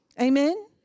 Amen